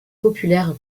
populaire